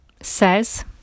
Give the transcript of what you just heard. says